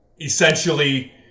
essentially